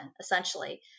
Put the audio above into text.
essentially